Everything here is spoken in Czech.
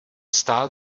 stát